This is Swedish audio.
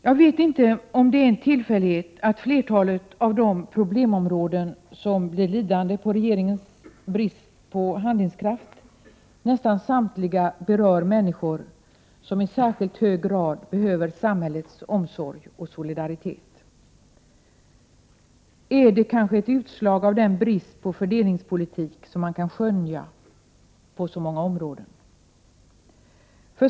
Jag vet inte om det är en tillfällighet att flertalet av de problemområden som blir lidande på regeringens brist på handlingskraft nästan samtliga berör människor som i särskilt hög grad behöver samhällets omsorg och solidaritet. Är det kanske ett utslag av den brist på fördelningspolitik som kan skönjas på så många områden?